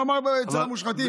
הוא אומר "אצל המושחתים",